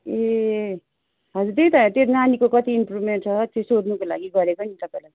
ए हजुर त्यही त त्यो नानीको कति इम्प्रुभमेन्ट छ त्यो सोध्नुको लागि गरेको नि तपाईँलाई